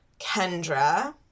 Kendra